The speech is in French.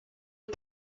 les